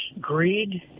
greed